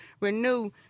renew